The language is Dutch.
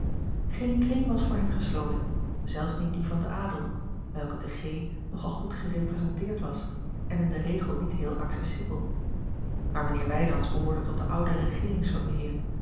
geen kring was voor hen gesloten zelfs niet die van den adel welke te g nogal goed gerepresenteerd was en in den regel niet heel accessibel maar mijnheer wijnands behoorde a l g bosboom-toussaint langs een omweg tot de oude